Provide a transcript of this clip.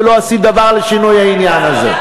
ולא עשית דבר לשינוי העניין הזה.